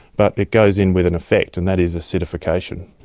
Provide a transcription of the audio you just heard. but it goes in with an effect, and that is acidification.